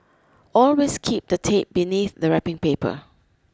always keep the tape beneath the wrapping paper